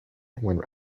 went